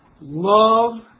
Love